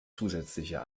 zusätzlicher